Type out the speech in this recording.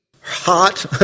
hot